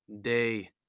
day